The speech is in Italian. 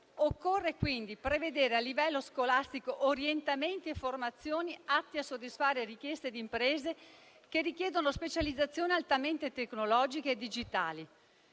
Occorre prevedere, quindi, a livello scolastico orientamenti e informazioni atti a soddisfare richieste di imprese che ricercano specializzazioni altamente tecnologiche e digitali.